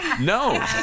No